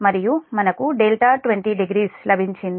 మరియు మనకు δ 200 లభించింది